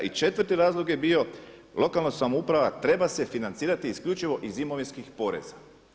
I četvrti razlog je bio lokalna samouprava treba se financirati isključivo iz imovinskih poreza.